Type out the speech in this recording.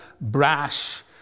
brash